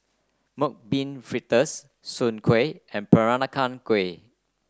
Mung Bean Fritters Soon Kuih and Peranakan Kueh